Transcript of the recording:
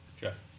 Jeff